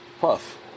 Puff